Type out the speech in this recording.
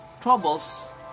troubles